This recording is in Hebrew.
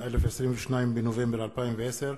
התשע"א, 22 בנובמבר 2010,